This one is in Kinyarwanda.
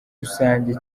rusange